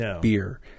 beer